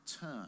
turn